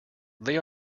they